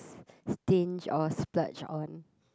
stinge or splurge on